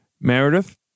Meredith